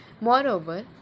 Moreover